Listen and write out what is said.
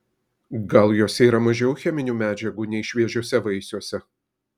gal juose yra mažiau cheminių medžiagų nei šviežiuose vaisiuose